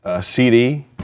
CD